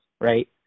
right